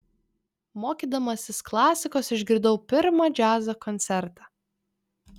mokydamasis klasikos išgirdau pirmą džiazo koncertą